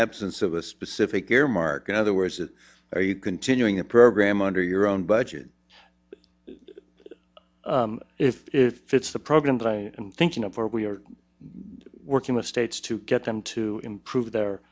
absence of a specific caremark in other words that are you continuing the program under your own budget if if it's the program that i am thinking of where we are working with states to get them to improve their